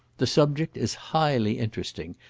the subject is highly interesting,